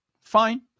fine